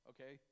Okay